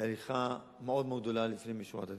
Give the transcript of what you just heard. והליכה מאוד גדולה לפנים משורת הדין,